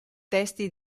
testi